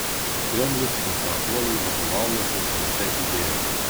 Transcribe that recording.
kremlius esą uoliai vadovaujasi panašia idėja